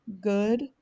good